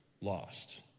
lost